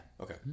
Okay